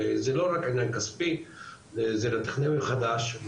זה לא רק עניין כספי אלא לתכנן מחדש,